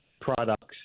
products